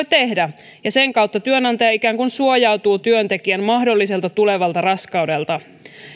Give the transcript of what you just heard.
tehdä sen kautta työnantaja ikään kuin suojautuu työntekijän mahdolliselta tulevalta raskaudelta